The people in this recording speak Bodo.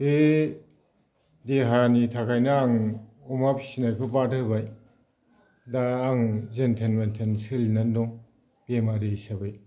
बे देहानि थाखायनो आं अमा फिनायखौ बाद होबाय दा आं जेन थेन मेन थेन सोलिनानै दं बेमारि हिसाबै